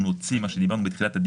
רצית רק לעבוד